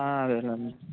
ఆ అదే లేండి